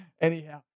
Anyhow